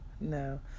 no